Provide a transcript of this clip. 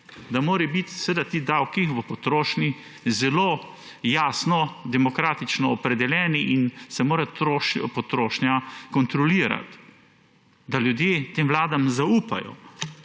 Da morajo biti seveda ti davki v potrošnji zelo jasno, demokratično opredeljeni in se mora potrošnja kontrolirati, da ljudje tem vladam zaupajo.